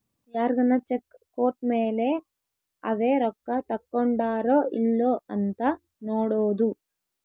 ಯಾರ್ಗನ ಚೆಕ್ ಕೋಟ್ಮೇಲೇ ಅವೆ ರೊಕ್ಕ ತಕ್ಕೊಂಡಾರೊ ಇಲ್ಲೊ ಅಂತ ನೋಡೋದು